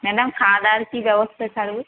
madam খাওয়া দাওয়ার কী ব্যবস্থা থাকবে